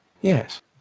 Yes